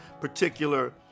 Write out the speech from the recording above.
particular